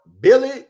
Billy